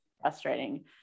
frustrating